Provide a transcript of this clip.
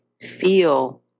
feel